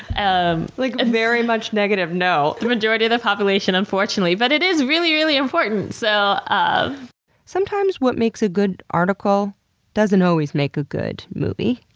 um like a very much negative no. the majority of the population unfortunately. but it is really, really important. so sometimes what makes a good article doesn't always make a good movie.